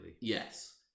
Yes